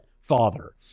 father